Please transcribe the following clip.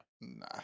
Nah